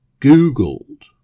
googled